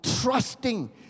Trusting